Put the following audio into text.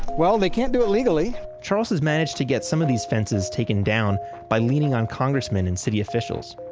well, they can't do it legally charles has managed to get some of these fences taken down by leaning on congressmen and city officials.